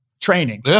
training